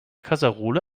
kaserolle